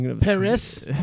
Paris